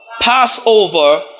Passover